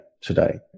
today